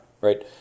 right